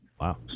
Wow